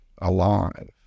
alive